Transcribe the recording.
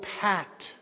packed